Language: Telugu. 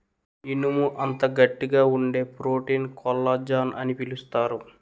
ఇనుము అంత గట్టిగా వుండే ప్రోటీన్ కొల్లజాన్ అని పిలుస్తారు